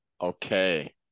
Okay